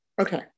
Okay